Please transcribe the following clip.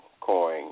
coin